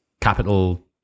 capital